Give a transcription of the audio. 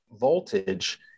voltage